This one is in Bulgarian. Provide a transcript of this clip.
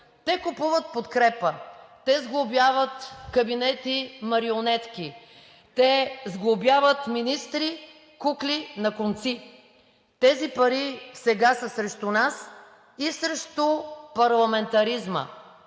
Те купуват подкрепа, те сглобяват кабинети-марионетки, те сглобяват министри, кукли на конци. Тези пари сега са срещу нас и срещу парламентаризма.